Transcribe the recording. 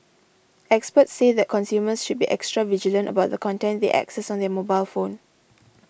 experts say that consumers should be extra vigilant about the content they access on their mobile phone